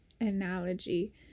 analogy